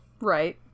Right